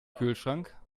kühlschrank